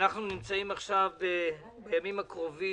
נמצאים בימים הקרובים,